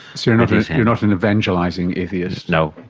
you're not you're not an evangelising atheist. no.